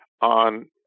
on